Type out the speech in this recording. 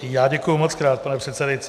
Já děkuju mockrát, pane předsedající.